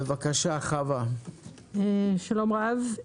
שלום רב.